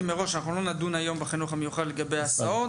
מראש שלא נדון היום לגבי ההסעות בחינוך המיוחד,